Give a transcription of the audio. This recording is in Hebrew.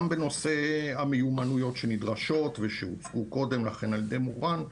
גם בנושא המיומנויות שנדרשות ושהוצגו קודם לכן על ידי מורן,